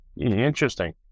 Interesting